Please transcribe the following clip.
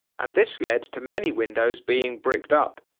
and this led to many windows being bricked up.